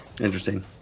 Interesting